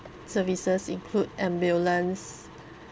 services include ambulance